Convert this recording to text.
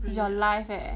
is your life eh